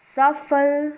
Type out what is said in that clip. सफल